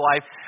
life